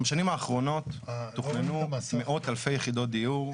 בשנים האחרונות תוכננו מאות אלפי יחידות דיור.